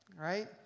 right